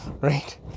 right